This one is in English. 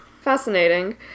Fascinating